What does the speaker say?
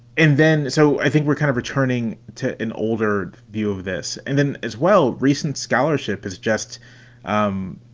and then so i think we're kind of returning to an older view of this. and then as well, recent scholarship has just um